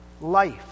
life